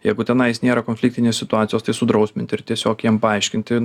jeigu tenais nėra konfliktinės situacijos tai sudrausmint ir tiesiog jiem paaiškinti